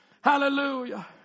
Hallelujah